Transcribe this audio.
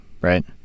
right